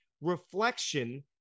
reflection